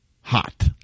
hot